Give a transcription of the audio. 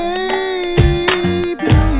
Baby